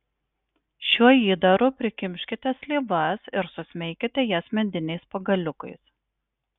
šiuo įdaru prikimškite slyvas ir susmeikite jas mediniais pagaliukais